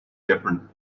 different